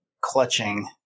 clutching